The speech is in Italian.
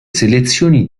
selezioni